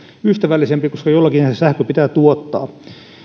ystävällisempi koska jollakinhan se sähkö pitää tuottaa